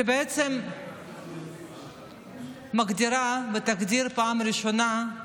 שבעצם מגדירה, תגדיר בפעם הראשונה,